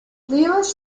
lewis